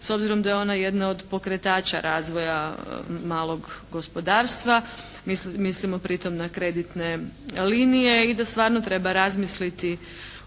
s obzirom da je ona jedna od pokretača razvoja malog gospodarstva. Mislimo pri tom na kreditne linije. I da stvarno treba razmisliti